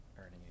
earning